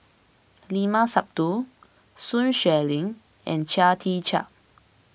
Limat Sabtu Sun Xueling and Chia Tee Chiak